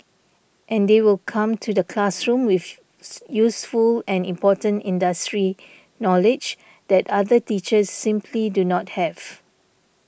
and they will come to the classroom with useful and important industry knowledge that other teachers simply do not have